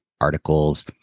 articles